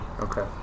Okay